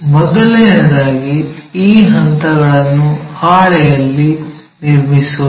ಮೊದಲನೆಯದಾಗಿ ಈ ಹಂತಗಳನ್ನು ಹಾಳೆಗಳಲ್ಲಿ ನಿರ್ಮಿಸೋಣ